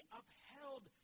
upheld